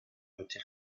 petit